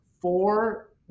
four